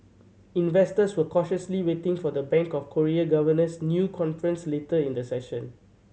investors were cautiously waiting for the Bank of Korea governor's new conference later in the session